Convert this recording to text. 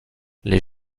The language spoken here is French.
les